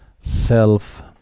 self